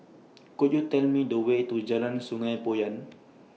Could YOU Tell Me The Way to Jalan Sungei Poyan